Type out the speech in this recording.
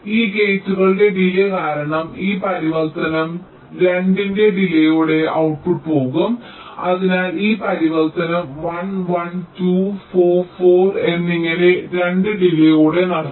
ഈ ഗേറ്റുകളുടെ ഡിലേയ് കാരണം ഈ പരിവർത്തനം 2 ന്റെ ഡിലെയോടെ ഔട്ട്പുട്ട് പോകും അതിനാൽ ഈ പരിവർത്തനം 1 1 2 4 4 എന്നിങ്ങനെ 2 ഡിലെയോടെ നടക്കും